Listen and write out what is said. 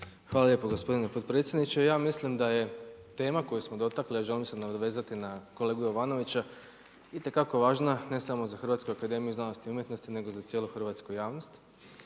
Hvala lijepo gospodine potpredsjedniče. Ja mislim da je tema koju smo dotakli, a želim se nadovezati na kolegu Jovanovića itekako važna ne samo za HAZU nego za cijelu hrvatsku javnost.